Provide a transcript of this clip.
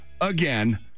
again